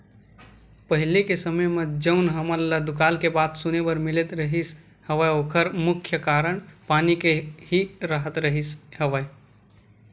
पहिली के समे म जउन हमन ल दुकाल के बात सुने बर मिलत रिहिस हवय ओखर मुख्य कारन पानी के ही राहत रिहिस हवय